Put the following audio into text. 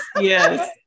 yes